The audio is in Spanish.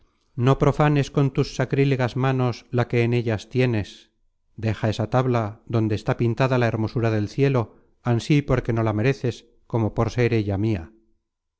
no profanes con tus sacrílegas manos la que en ellas tienes deja esa tabla donde está pintada la hermosura del cielo ansí porque no la mereces como por ser ella mia